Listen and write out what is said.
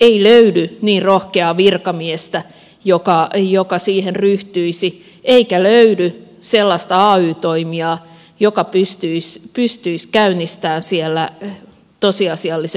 ei löydy niin rohkeaa virkamiestä joka siihen ryhtyisi eikä löydy sellaista ay toimijaa joka pystyisi käynnistämään siellä tosiasiallisen muutoksen